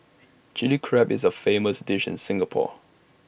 Chilli Crab is A famous dish in Singapore